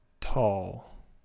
tall